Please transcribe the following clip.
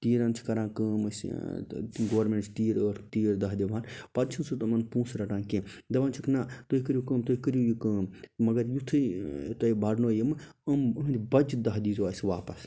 تیٖرَن چھِ کران کٲم أسۍ ٲں گورمیٚنٛٹ چھِ تیٖر ٲٹھ تیٖر دَہ دِوان پَتہٕ چھُنہٕ سُہ تِمن پونٛسہٕ رَٹان کیٚنٛہہ دپان چھُکھ نَہ تُہۍ کٔرِو کٲم تُہۍ کٔرِو یہِ کٲم مگر یُتھُے ٲں تۄہہِ بڑھنو یم یِم یہنٛدۍ بچہِ دَہ دیٖزیٚو اسہِ واپَس